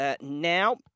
now